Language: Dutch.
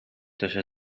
tussen